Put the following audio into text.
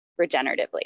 regeneratively